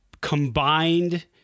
combined